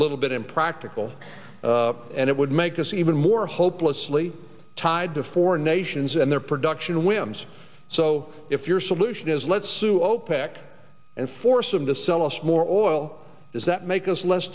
little bit impractical and it would make us even more hopelessly tied to foreign nations and their production whims so if your solution is let's sue opec and force them to sell us more oil does that make us less